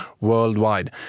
worldwide